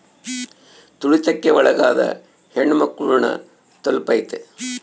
ತುಳಿತಕ್ಕೆ ಒಳಗಾದ ಹೆಣ್ಮಕ್ಳು ನ ತಲುಪೈತಿ